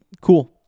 cool